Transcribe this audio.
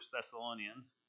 Thessalonians